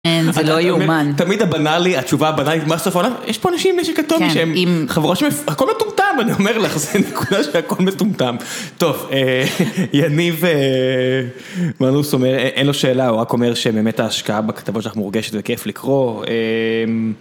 זה לא יאומן, תמיד הבנאלי, התשובה הבנאלית מה סוף העולם, יש פה אנשים כתובים שהם חבורה שמפ... הכל מטומטם, אני אומר לך, זה נקודה שהכל מטומטם. טוב, יניב מנוס אין לו שאלה, הוא רק אומר שמאמת ההשקעה בכתבות שלך מורגשת וכיף לקרוא.